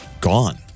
gone